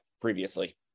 previously